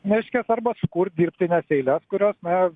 reiškias arba sukurt dirbtines eiles kurios na